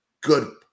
good